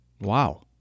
Wow